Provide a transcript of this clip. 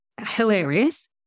Hilarious